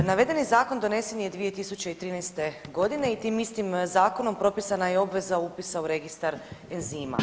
Navedeni zakon donesen je 2013. godine i tim istim zakonom propisana je obveza upisa u registar enzima.